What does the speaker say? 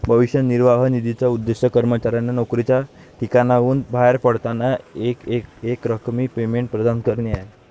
भविष्य निर्वाह निधीचा उद्देश कर्मचाऱ्यांना नोकरीच्या ठिकाणाहून बाहेर पडताना एकरकमी पेमेंट प्रदान करणे आहे